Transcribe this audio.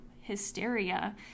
hysteria